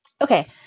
Okay